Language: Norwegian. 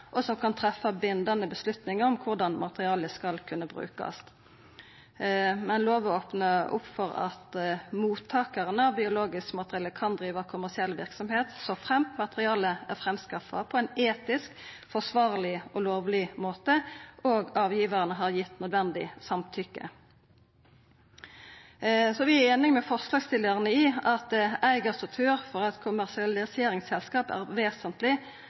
og som kan treffa bindande avgjerder om korleis materialet skal kunna brukast. Lova opnar for at mottakaren av biologisk materiale kan driva kommersiell verksemd dersom materialet er skaffa på ein etisk forsvarleg og lovleg måte, og avgivaren har gitt nødvendig samtykke. Så er vi einig med forslagsstillarane i at eigarstruktur for eit kommersialiseringsselskap er vesentleg, og at tillit er eit avgjerande nøkkelord. Det er